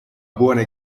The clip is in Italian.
buone